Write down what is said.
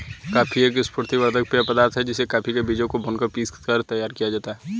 coffee एक स्फूर्ति वर्धक पेय पदार्थ है जिसे कॉफी के बीजों से भूनकर पीसकर तैयार किया जाता है